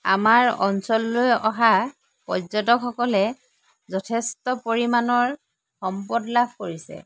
আমাৰ অঞ্চললৈ অহা পৰ্য্যটকসকলে যথেষ্ট পৰিমাণৰ সম্পদ লাভ কৰিছে